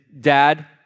dad